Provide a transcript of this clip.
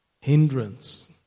hindrance